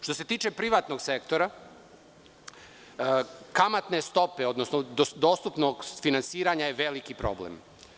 Što se tiče privatnog sektora, kamatne stope, odnosno dostupnog finansiranja je veliki problem.